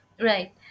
Right